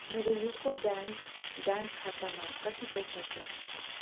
मेरो UCO bank bank खातामा कति पैसा छ